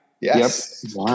Yes